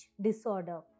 disorder